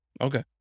Okay